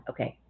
Okay